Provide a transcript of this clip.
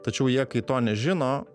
tačiau jie kai to nežino